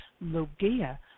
Logia